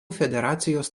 federacijos